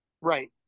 Right